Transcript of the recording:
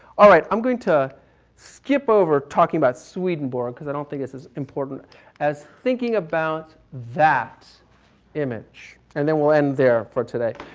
all right. i'm going to skip over talking about siedenburg because i don't think it's as important as thinking about that image. and then we'll end there for today.